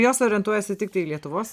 jos orientuojasi tiktai į lietuvos